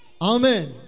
Amen